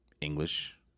english